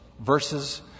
verses